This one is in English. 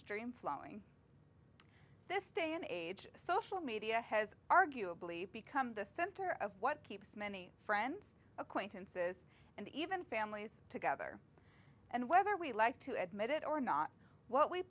stream flowing in this day and age social media has arguably become the center of what keeps many friends acquaintances and even families together and whether we like to admit it or not what we